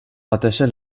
rattachées